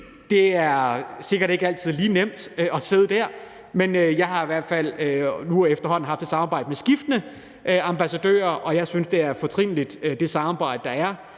Det er sikkert ikke altid lige nemt at sidde der, men jeg har nu haft et samarbejde med skiftende ambassadører, og jeg synes, at det samarbejde er